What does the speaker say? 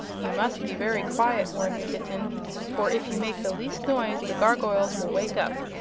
you must be very quiet, warned the kitten for if you make the least noise the gargoyles will wake up.